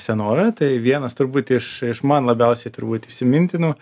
senove tai vienas turbūt iš iš man labiausiai turbūt įsimintinų